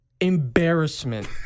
embarrassment